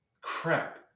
Crap